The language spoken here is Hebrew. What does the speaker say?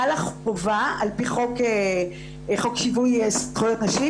חלה חובה על פי חוק שיווי זכויות נשים